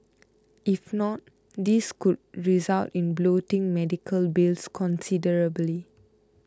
if not this could result in bloating medical bills considerably